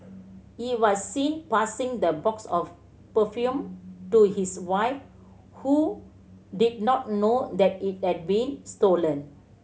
he was seen passing the box of perfume to his wife who did not know that it had been stolen